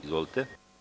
Izvolite.